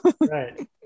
right